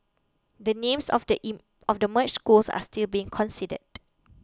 the names of the E of the merged schools are still being considered